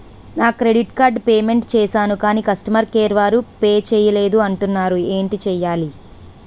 నా credit card payment చేసాను కాని కస్టమర్ కేర్ వారు పే చేయలేదు అంటున్నారు ఏంటి చేయాలి?